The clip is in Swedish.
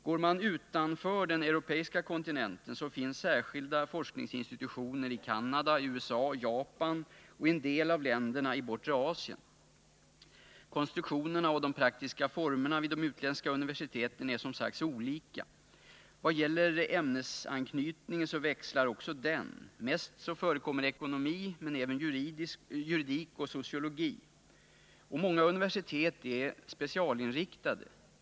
Går man utanför den europeiska kontinenten finner man särskilda forskningsinstitutioner i Canada, USA, Japan och i en del av länderna i Bortre Asien. Konstruktionerna och de praktiska formerna vid de utländska universiteten är som sagt olika. Också ämnesanknytningen växlar. Mest förekommer ekonomi, men även juridik och sociologi förekommer. Många universitet är specialinriktade.